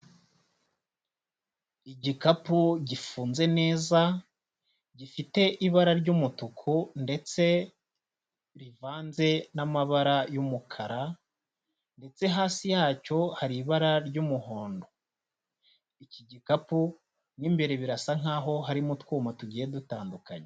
Igikapu gifunze neza gifite ibara ry'umutuku ndetse rivanze n'amabara y'umukara ndetse hasi yacyo hari ibara ry'umuhondo. Iki gikapu mo imbere birasa nkaho harimo utwuma tugiye dutandukanye.